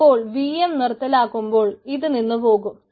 അപ്പോൾ vm നിറുത്തലാക്കുമ്പോൾ ഇത് നിന്നു പോകും